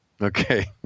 okay